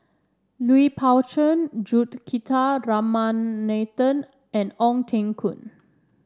Lui Pao Chuen Ramanathan and Ong Teng Koon